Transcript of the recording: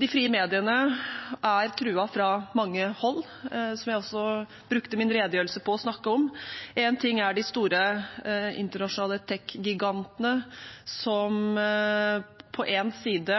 De frie mediene er truet fra mange hold, som jeg også brukte min redegjørelse til å snakke om. Én ting er de store internasjonale teknologigigantene som på den ene side